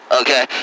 okay